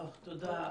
תודה,